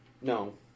No